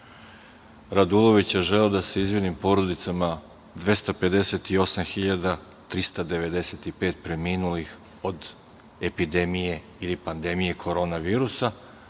Radulovića želeo da se izvinim porodicama 258.395 preminulih od epidemije ili pandemije koronavirusa,